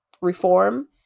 reform